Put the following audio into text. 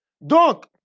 Donc